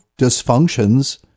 dysfunctions